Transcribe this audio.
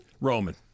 Roman